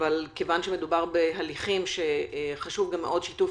אבל מכיוון שמדובר בהליכים שבהם חשוב שיתוף